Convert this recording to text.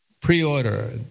pre-order